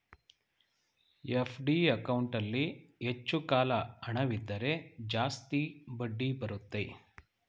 FD ಅಕೌಂಟಲ್ಲಿ ಹೆಚ್ಚು ಕಾಲ ಹಣವಿದ್ದರೆ ಜಾಸ್ತಿ ಬಡ್ಡಿ ಬರುತ್ತೆ